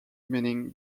meaning